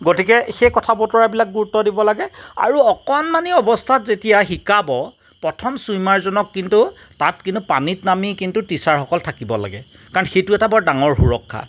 গতিকে সেই কথা বতৰাবিলাকত গুৰুত্ব দিব লাগে আৰু অকণমানি অৱস্থাত যেতিয়া শিকাব প্ৰথম চুইমাৰজনক কিন্তু তাত কিন্তু পানীত নামি টিচাৰসকল থাকিব লাগিব কাৰণ সেইটো এটা বৰ ডাঙৰ সুৰক্ষা